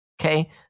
okay